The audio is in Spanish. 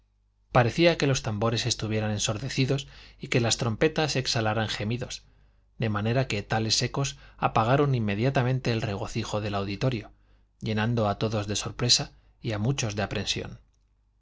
parecía que los tambores estuvieran ensordecidos y que las trompetas exhalaran gemidos de manera que tales ecos apagaron inmediatamente el regocijo del auditorio llenando a todos de sorpresa y a muchos de aprensión